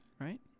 right